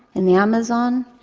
in the amazon,